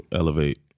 elevate